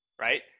right